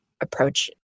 approach